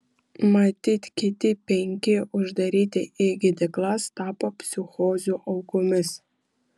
matyt kiti penki uždaryti į gydyklas tapo psichozių aukomis